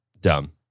dumb